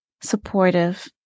supportive